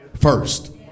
first